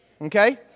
Okay